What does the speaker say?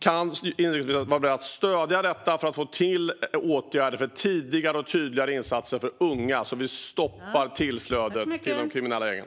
Är inrikesministern beredd att stödja det för att få till åtgärder för tidigare och tydligare insatser för unga så att vi stoppar tillflödet till de kriminella gängen?